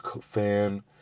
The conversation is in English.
fan